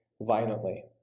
violently